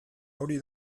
hori